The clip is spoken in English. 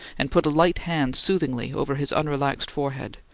and put a light hand soothingly over his unrelaxed forehead.